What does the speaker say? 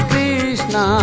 Krishna